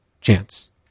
chance